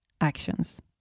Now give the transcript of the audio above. actions